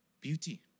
beauty